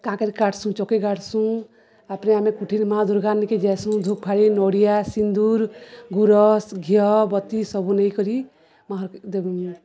କାକେରେ କାଟ୍ସୁଁ ଚୋକେ କାଟ୍ସୁଁ ତା'ପରେ ଆମେ କୁଠିର୍ ମା' ଦୁର୍ଗା ନିକେ ଯାଏସୁଁ ଧୂପ୍ଖାଡି ନଡ଼ିଆ ସିନ୍ଦୁର୍ ଗୁୁରସ୍ ଘିଅ ବତୀ ସବୁ ନେଇକରି